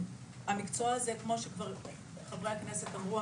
המקצוע הזה כמו שכבר חברי הכנסת אמרו,